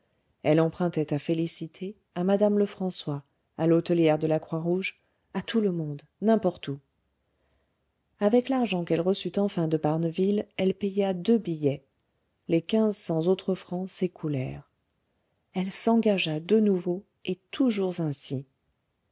elle empruntait à félicité à madame lefrançois à l'hôtelière de la croix rouge à tout le monde n'importe où avec l'argent qu'elle reçut enfin de barneville elle paya deux billets les quinze cents autres francs s'écoulèrent elle s'engagea de nouveau et toujours ainsi